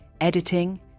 editing